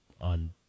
on